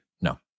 no